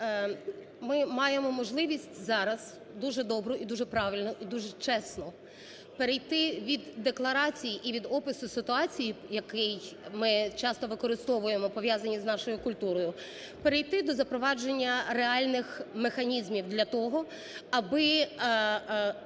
Ми маємо можливість зараз дуже добру і дуже правильну, і дуже чесну перейти від декларацій і від опису ситуації, які ми часто використовуємо, пов'язані з нашою культурою, перейти до запровадження реальних механізмів для того, аби